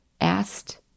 asked